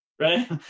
right